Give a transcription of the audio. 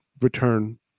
return